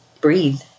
breathe